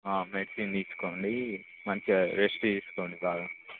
medicine తీసుకోండి మంచిగా rest తీసుకోండి బాగా